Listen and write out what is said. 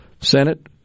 Senate